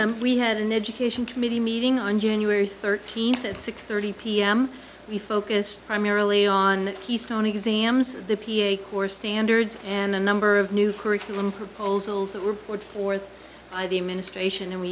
that we have an education committee meeting on january thirteenth at six thirty pm we focus primarily on keystone exams the p a core standards and a number of new curriculum proposals that were put forth by the administration and we